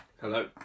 Hello